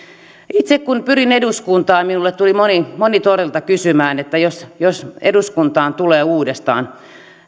itse kun pyrin eduskuntaan minulta tuli moni torilla kysymään että jos jos eduskuntaan tulee uudestaan